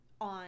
on